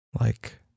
Like